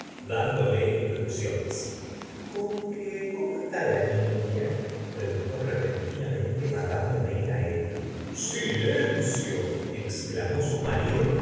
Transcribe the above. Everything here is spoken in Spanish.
dándole instrucciones conque cómo está la nifia preguntó repentinamente mad homais á emma silencio exclamó su marido